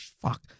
Fuck